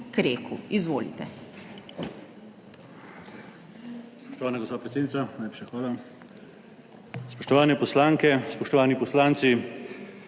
Kreku. Izvolite.